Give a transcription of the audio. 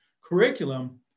curriculum